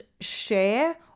share